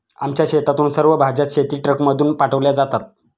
आमच्या शेतातून सर्व भाज्या शेतीट्रकमधून पाठवल्या जातात